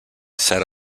set